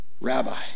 Rabbi